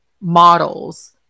models